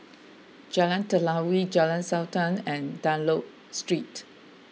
Jalan Telawi Jalan Sultan and Dunlop Street